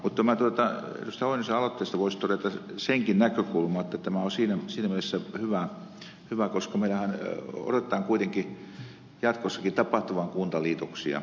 lauri oinosen aloitteesta voisi todeta senkin näkökulman että tämä on siinä mielessä hyvä koska meillähän odotetaan kuitenkin jatkossakin tapahtuvan kuntaliitoksia